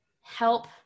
help